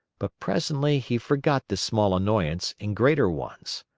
but presently he forgot this small annoyance in greater ones.